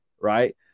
Right